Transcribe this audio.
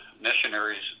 missionaries